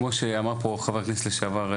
כמו שאמר פה חבר הכנסת לשעבר,